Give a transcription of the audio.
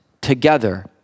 together